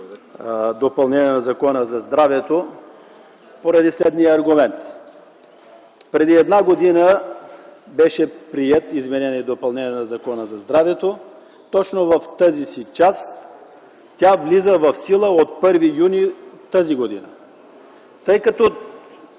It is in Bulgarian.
допълнение на Закона за здравето, поради следния аргумент. Преди една година беше прието изменение и допълнение на Закона за здравето. Точно в тази си част той влиза в сила от 1 юни т.г. Тъй като